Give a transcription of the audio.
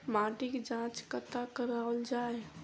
माटिक जाँच कतह कराओल जाए?